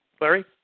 Larry